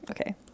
okay